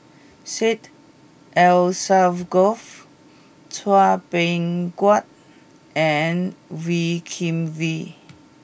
Syed Alsagoff Chua Beng Huat and Wee Kim Wee